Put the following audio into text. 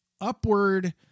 upward